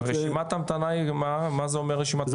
ורשימת המתנה, מה, מה זה אומר רשימת המתנה?